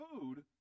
food